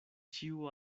ĉiu